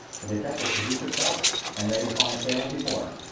the detective produced it proudly and laid it upon the table before him.